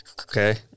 Okay